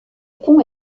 pont